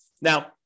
Now